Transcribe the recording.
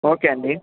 okay అండి